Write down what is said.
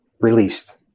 released